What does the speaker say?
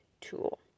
tool